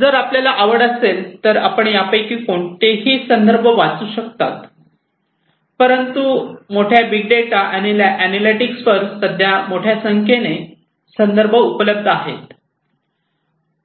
जर आपल्याला आवड असेल तर आपण यापैकी कोणत्याही संदर्भ वाचू शकता परंतु मोठ्या बीग डेटा आणि अनॅलिटिक्सचे वर सध्या मोठ्या संख्येने संदर्भ आहेत